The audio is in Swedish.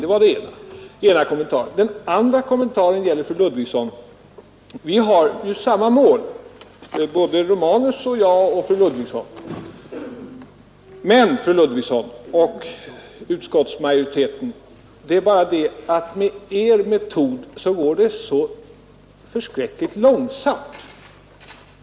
Det var den ena kommentaren. Den andra kommentaren gäller fru Ludvigsson. Vi har ju samma mål, både herr Romanus och fru Ludvigsson och jag. Men, fru Ludvigsson och därmed utskottsmajoriteten, det är bara det att med er metod går det så förskräckligt långsamt.